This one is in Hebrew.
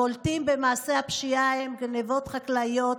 הבולטים במעשי הפשיעה הם גנבות חקלאיות,